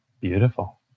Beautiful